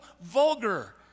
vulgar